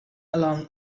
along